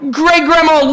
great-grandma